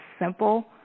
simple